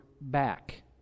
back